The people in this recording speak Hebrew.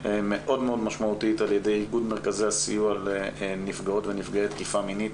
מאוד משמעותית על ידי איגוד מרכזי הסיוע לנפגעי ונפגעות תקיפה מינית,